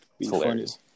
Hilarious